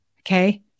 okay